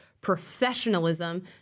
professionalism